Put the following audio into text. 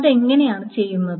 അതെങ്ങനെയാണ് ചെയ്യുന്നത്